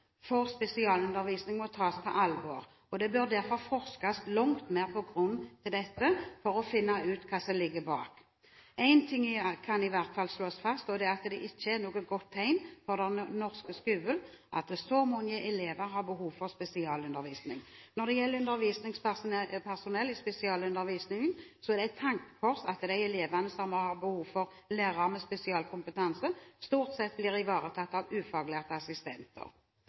for spesialundervisning må tas på alvor, og det bør derfor forskes langt mer på grunnen til dette for å finne ut hva som ligger bak. Én ting kan i hvert fall slås fast, og det er at det ikke er noe godt tegn for den norske skolen at så mange elever har behov for spesialundervisning. Når det gjelder undervisningspersonell i spesialundervisningen, er det et tankekors at de elevene som har behov for lærere med spesialkompetanse, stort sett blir ivaretatt av ufaglærte assistenter.